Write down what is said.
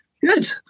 Good